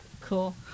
Cool